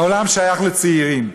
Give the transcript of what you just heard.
העולם שייך לצעירים.